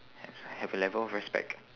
have s~ have a level of respect